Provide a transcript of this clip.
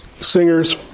singers